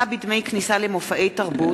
הגנה מפני הגבלה על חופש הביטוי ועל חופש התנועה),